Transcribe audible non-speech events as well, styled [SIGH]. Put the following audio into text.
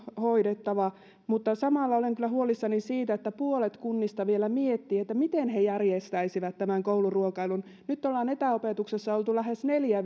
hoidettava mutta samalla olen kyllä huolissani siitä että puolet kunnista vielä miettivät miten he järjestäisivät tämän kouluruokailun nyt ollaan etäopetuksessa oltu lähes neljä [UNINTELLIGIBLE]